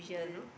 don't know